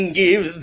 give